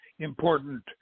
important